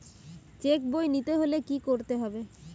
Check বই নিতে হলে কি করতে হবে?